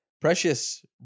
Precious